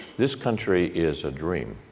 this country is a dream.